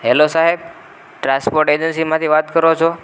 hello સાહેબ transport એજન્સીમાંથી વાત કરો છો